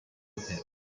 pits